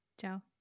Ciao